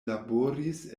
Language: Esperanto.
laboris